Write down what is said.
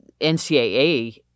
NCAA